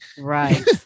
right